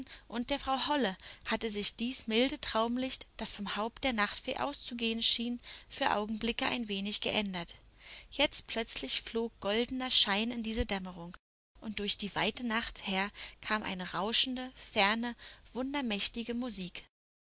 und der frau holle hatte sich dies milde traumlicht das vom haupt der nachtfee auszugehen schien für augenblicke ein wenig geändert jetzt plötzlich flog goldener schein in diese dämmerung und durch die weite nacht her kam eine rauschende ferne wundermächtige musik